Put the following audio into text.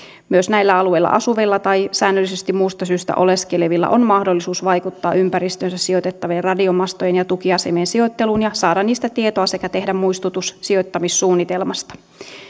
myös näillä alueilla asuvilla tai säännöllisesti muusta syystä oleskelevilla on mahdollisuus vaikuttaa ympäristöönsä sijoitettavien radiomastojen ja tukiasemien sijoitteluun ja saada niistä tietoa sekä tehdä muistutus sijoittamissuunnitelmasta